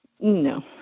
No